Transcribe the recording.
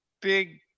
big